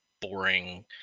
boring